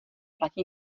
platí